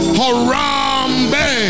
harambe